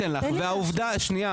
אני לא אתן לך והעובדה השנייה,